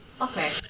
Okay